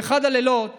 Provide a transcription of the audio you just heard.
באחד הלילות